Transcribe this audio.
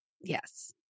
Yes